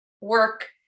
work